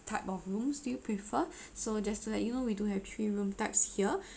type of rooms do you prefer so just to let you know we do have three room types here